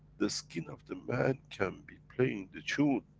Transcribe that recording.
the skin of the man, can be playing the tune,